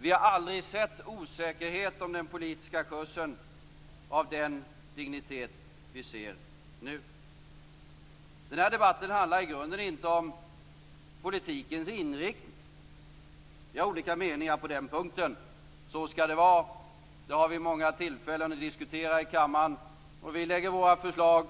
Vi har aldrig förut sett en sådan osäkerhet om den politiska kursen av den dignitet som vi ser nu. Denna debatt handlar i grunden inte om politikens inriktning. Vi har olika meningar på den punkten. Så skall det vara. Det har vi många tillfällen att diskutera i kammaren. Vi lägger fram våra förslag.